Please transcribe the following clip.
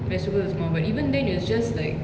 the vegetable was more but even then it was just like